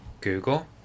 Google